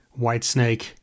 Whitesnake